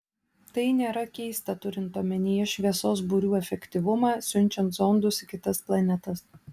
tai nėra keista turint omenyje šviesos burių efektyvumą siunčiant zondus į kitas planetas